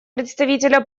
представителя